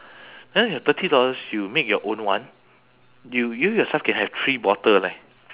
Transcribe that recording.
then your thirty dollars you make your own one you you yourself can make three bottle leh